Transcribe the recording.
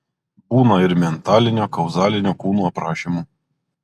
būna ir mentalinio kauzalinio kūnų aprašymų